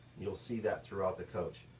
you'll see that throughout the coach.